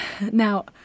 now